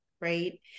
right